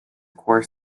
core